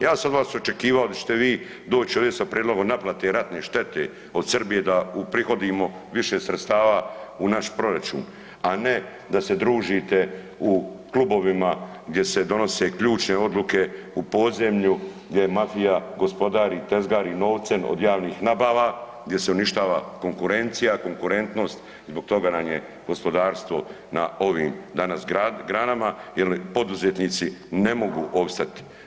Ja sam od vas očekivao da ćete vi doći ovdje sa prijedlogom naplate ratne štete od Srbije da uprihodimo više sredstava u naš proračun, a ne da se družite u klubovima gdje se donose ključne odluke u podzemlju gdje mafija gospodari, tezgari novcem od javnih nabava, gdje se uništava konkurencija, konkurentnost i zbog toga nam je gospodarstvo na ovim danas granama jer poduzetnici ne mogu opstati.